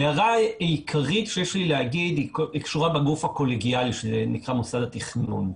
ההערה העיקרית שיש לי להעיר קשורה בגוף הקולגיאלי שנקרא מוסד התכנון.